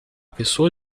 pessoa